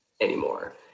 anymore